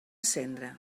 cendra